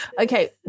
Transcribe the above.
Okay